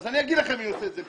אני אומר לכם מי עושה את זה.